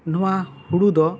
ᱱᱚᱣᱟ ᱦᱳᱲᱳ ᱫᱚ